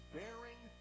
bearing